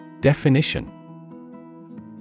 Definition